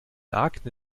akne